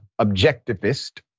objectivist